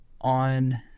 on